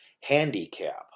handicap